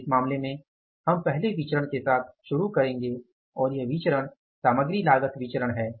तो इस मामले में हम पहले विचरण के साथ शुरू करेंगे और यह विचरण सामग्री लागत विचरण है